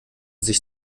sich